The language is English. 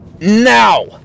Now